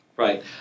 Right